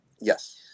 Yes